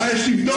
מה יש לבדוק?